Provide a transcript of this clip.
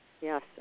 Yes